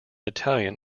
italian